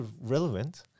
relevant